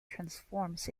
transforms